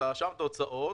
ורשמת הוצאות,